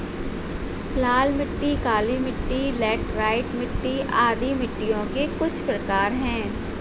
लाल मिट्टी, काली मिटटी, लैटराइट मिट्टी आदि मिट्टियों के कुछ प्रकार है